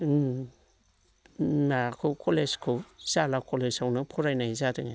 माबाखौ कलेजखौ जाला कलेजावनो फरायनाय जादों